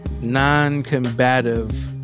non-combative